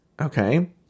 Okay